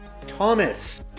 Thomas